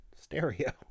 stereo